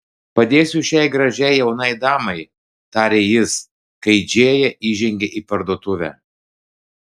padėsiu šiai gražiai jaunai damai tarė jis kai džėja įžengė į parduotuvę